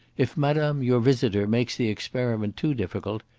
if madame, your visitor, makes the experiment too difficult,